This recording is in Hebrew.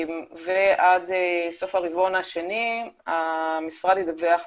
ועד סוף הרבעון השני המשרד ידווח לכנסת.